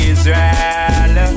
Israel